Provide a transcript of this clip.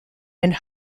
and